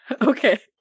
Okay